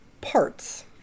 parts